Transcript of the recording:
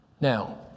Now